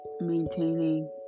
maintaining